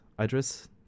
Idris